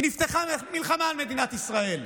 כי נפתחה מלחמה על מדינת ישראל,